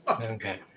Okay